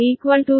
Ib 0